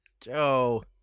Joe